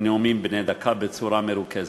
בנאומים בני דקה בצורה מרוכזת.